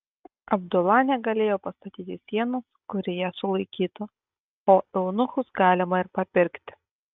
abdula negalėjo pastatyti sienos kuri ją sulaikytų o eunuchus galima ir papirkti